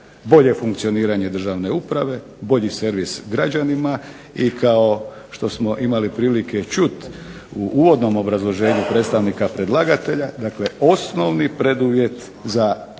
Bolje funkcioniranje državne uprave, bolji servis građanima i kao što smo imali prilike čuti u uvodnom obrazloženju predstavnika predlagatelja, dakle osnovni preduvjet za daljnju